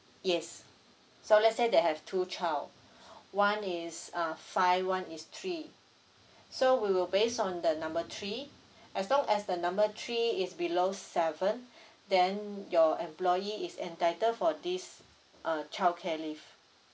yes so let's say they have two child one is ah five one is three so we will base on the number three as long as the number three is below seven then your employee is entitled for this uh childcare leave